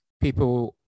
people